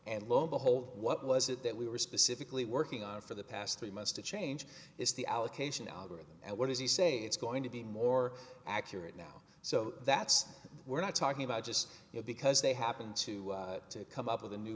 and lo and behold what was it that we were specifically working on for the past three months to change is the allocation algorithm and what does he say it's going to be more accurate now so that's we're not talking about just because they happen to come up with a new